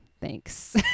Thanks